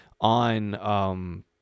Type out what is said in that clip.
on